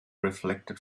reflected